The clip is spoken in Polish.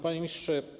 Panie Ministrze!